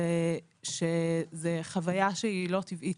זה שזו חוויה שהיא לא טבעית.